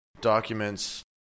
documents